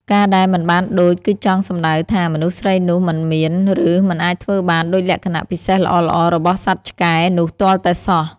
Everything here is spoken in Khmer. ការដែល "មិនបានដូច" គឺចង់សំដៅថា មនុស្សស្រីនោះមិនមាន ឬមិនអាចធ្វើបានដូចលក្ខណៈពិសេសល្អៗរបស់សត្វឆ្កែនោះទាល់តែសោះ។